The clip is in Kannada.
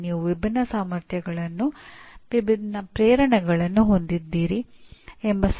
ಅದಕ್ಕಾಗಿ ನೀವು ಅಂತಹ ಸಮಯ ಮತ್ತು ಸಂಪನ್ಮೂಲಗಳನ್ನು ವ್ಯರ್ಥ ಮಾಡುವುದು ಯೋಗ್ಯವಲ್ಲ